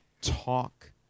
talk